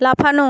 লাফানো